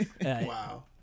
wow